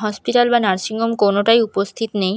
hospital বা nursing home কোনোটাই উপস্থিত নেই